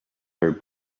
her